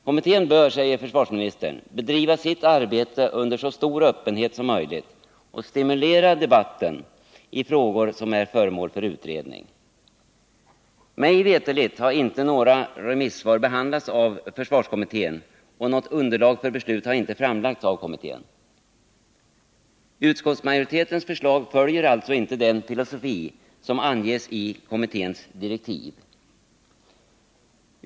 Kommittén bör, säger försvarsministern, bedriva sitt arbete under så stor öppenhet som möjligt och stimulera debatten i frågor som är föremål för utredning. Mig veterligt har inte några remissvar behandlats av försvarskommittén, och något underlag för beslut har inte framlagts av kommittén. Utskottsmajoritetens förslag följer alltså inte den filosofi som anges i kommitténs direktiv.